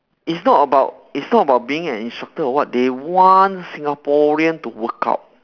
it's not about it's not about being an instructor or what they want Singaporean to work out